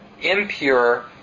impure